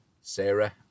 Sarah